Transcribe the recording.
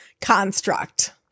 construct